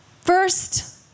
First